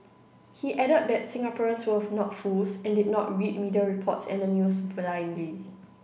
he added that Singaporeans were not fools and did not read media reports and the news blindly